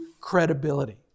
credibility